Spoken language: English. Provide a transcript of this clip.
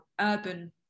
urban